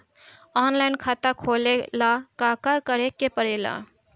Online खाता खोले ला का का करे के पड़े ला?